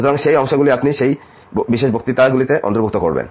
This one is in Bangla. সুতরাং সেই অংশগুলি আপনি সেই বিশেষ বক্তৃতাগুলিতে অন্তর্ভুক্ত করবেন